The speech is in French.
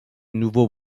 nouveau